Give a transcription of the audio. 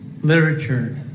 literature